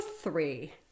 three